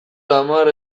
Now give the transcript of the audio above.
hamar